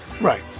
Right